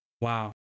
Wow